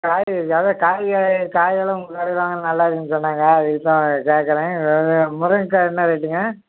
காய்கறி அதான் காய்கறி காய் எல்லாம் உங்கள் கடையில் வாங்கினா நல்லாருக்குன்னு சொன்னாங்க அதுக்கு தான் நான் கேட்குறேன் இது முருங்கக்காய் என்ன ரேட்டுங்க